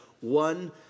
one